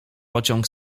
pociąg